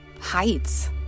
Heights